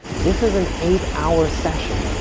this is an eight hour session,